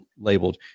labeled